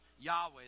Yahweh